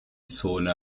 zone